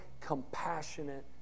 compassionate